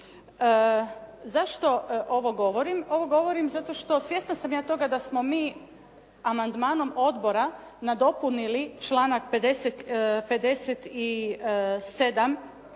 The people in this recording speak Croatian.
Zašto ovo govorim? Ovo govorim zato što, svjesna sam ja toga da smo mi amandmanom odbora nadopunili članak 57.